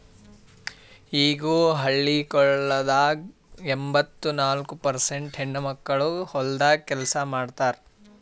ಈಗನು ಹಳ್ಳಿಗೊಳ್ದಾಗ್ ಎಂಬತ್ತ ನಾಲ್ಕು ಪರ್ಸೇಂಟ್ ಹೆಣ್ಣುಮಕ್ಕಳು ಹೊಲ್ದಾಗ್ ಕೆಲಸ ಮಾಡ್ತಾರ್